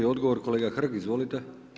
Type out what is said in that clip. I odgovor kolega Hrg, izvolite.